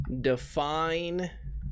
Define